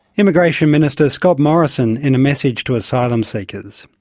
immigration minister scott morrison in a message to asylum seekers.